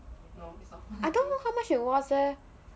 I don't know how much it was leh